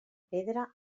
pedra